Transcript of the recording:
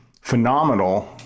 phenomenal